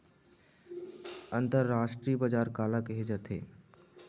अंतरराष्ट्रीय बजार काला कहे जाथे?